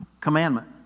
commandment